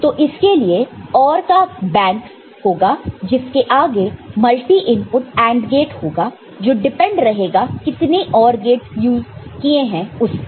तो इसके लिए OR का बैंक होगा जिसके आगे मल्टी इनपुट AND गेट होगा जो निर्भर डिपेंड रहेगा कितने OR गेटस यूज किए हैं उस पर